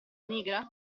nigra